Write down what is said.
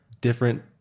different